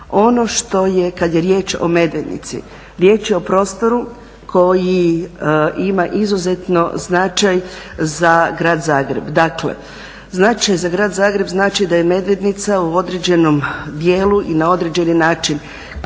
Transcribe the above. Ono što je kad je riječ o Medvednici, riječ je o prostoru koji ima izuzetno značaj za grad Zagreb. Dakle, značaj za grad Zagreb znači da je Medvednica u određenom dijelu i na određeni način